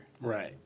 Right